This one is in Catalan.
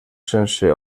sense